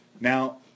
now